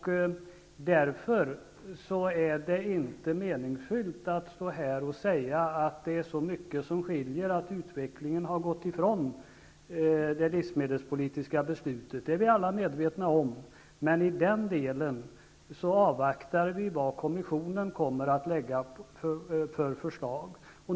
Det är därför inte meningsfyllt att stå här och säga att det är så mycket som skiljer och att utvecklingen har gått ifrån det livsmedelspolitiska beslutet, vilket vi alla är väl medvetna om. I vad gäller den delen avvaktar vi emellertid kommissionens förslag.